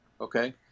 okay